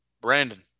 Brandon